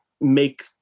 make